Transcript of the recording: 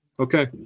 Okay